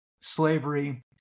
slavery